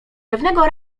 pewnego